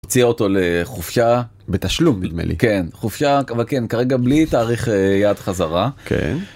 אציע אותו לחופשה בתשלום נדמה לי כן חופשה וכן כרגע בלי תאריך יעד חזרה.